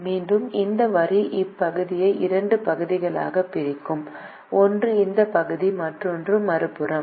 மீண்டும் இந்த வரி இப்பகுதியை இரண்டு பகுதிகளாகப் பிரிக்கும் ஒன்று இந்த பகுதி மற்றொன்று மறுபுறம்